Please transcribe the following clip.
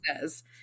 says